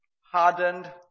hardened